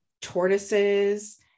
tortoises